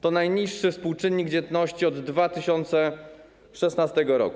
To najniższy współczynnik dzietności od 2016 r.